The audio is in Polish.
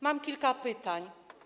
Mam kilka pytań.